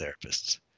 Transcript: therapists